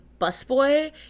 busboy